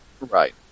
right